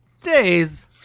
days